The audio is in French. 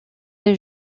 des